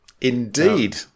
Indeed